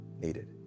needed